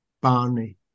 Barney